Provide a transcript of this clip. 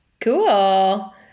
Cool